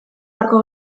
beharko